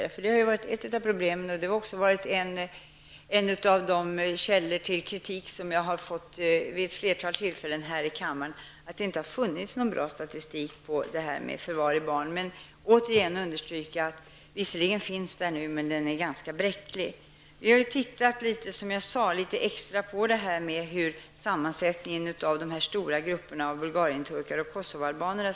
Bristen på en sådan har varit ett av problemen och en av källorna till den kritik som jag har fått här i kammaren. Det har inte funnits någon bra statistik över förvar av barn. Låt mig återigen understryka att en sådan nu finns, men också säga att den är ganska bräcklig. Vi har, som jag sade, sett litet på sammansättningen av de stora grupperna av bulgarienturkar och Kosovoalbaner.